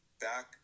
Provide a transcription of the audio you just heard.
back